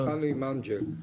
התחלנו עם אנג'ל.